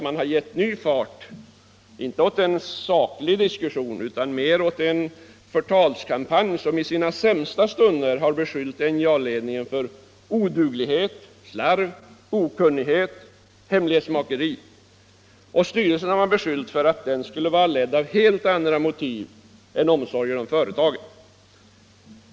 Man har gett ny fart, inte åt en saklig diskussion, utan snarare åt en förtalskampanj, som i sina sämsta stunder har beskyllt NJA-ledningen för oduglighet, slarv, okunnighet och hemlighetsmakeri. Styrelsen har beskyllts för att den skulle ledas av helt andra motiv än omsorgen om företaget.